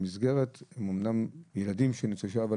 הם אמנם ילדים של ניצולי שואה,